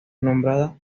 nombrada